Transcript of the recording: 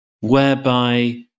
whereby